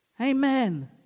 Amen